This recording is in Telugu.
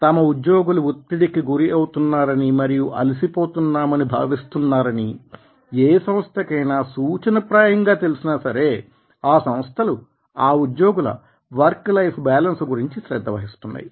తమ ఉద్యోగులు ఒత్తిడికి గురవుతున్నామని మరియు అలసి పోతున్నామని భావిస్తున్నారని ఏ సంస్థకైనా సూచన ప్రాయంగా తెలిసినా సరే ఆ సంస్థలు ఆ ఉద్యోగుల వర్క్ లైఫ్ బ్యాలెన్స్ గురించి శ్రద్ధ వహిస్తున్నాయి